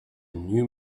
new